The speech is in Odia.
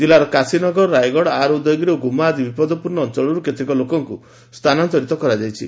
କିଲ୍ଲୁର କାଶିନଗର ରାୟଗଡ଼ ଆର୍ ଉଦୟଗିରି ଓ ଗୁମ୍ମା ଆଦି ବିପଦପୂର୍ଣ୍ଣ ଅଞ୍ଚଳରୁ ଅନେକ ଲୋକଙ୍କୁ ସ୍ଥାନାନ୍ତରିତ କରାଯାଇଛି